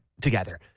together